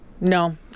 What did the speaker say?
no